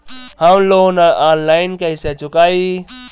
हम loan online कइसे चुकाई?